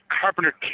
Carpenter